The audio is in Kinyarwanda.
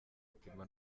gupima